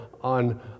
on